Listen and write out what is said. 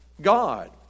God